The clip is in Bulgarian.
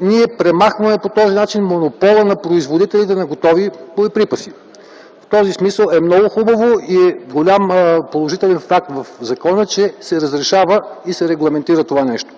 ние премахваме монопола на производителите на готови боеприпаси. В този смисъл е много хубаво и е голям положителен знак в закона, че се разрешава и се регламентира това нещо.